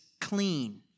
clean